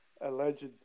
...alleged